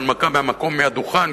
הנמקה מהמקום מהדוכן,